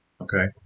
Okay